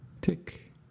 tick